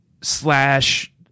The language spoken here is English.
slash